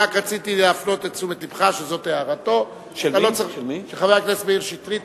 אני רק רציתי להפנות את תשומת לבך שזאת הערתו של חבר הכנסת מאיר שטרית,